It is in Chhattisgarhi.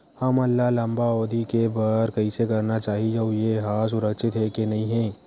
हमन ला लंबा अवधि के बर कइसे करना चाही अउ ये हा सुरक्षित हे के नई हे?